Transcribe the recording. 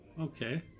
okay